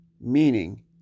meaning